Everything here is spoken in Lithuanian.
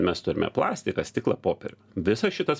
mes turime plastiką stiklą popierių visas šitas